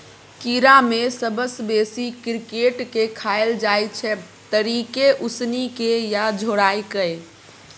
कीड़ा मे सबसँ बेसी क्रिकेट केँ खाएल जाइ छै तरिकेँ, उसनि केँ या झोराए कय